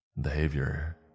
Behavior